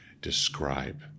describe